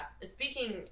Speaking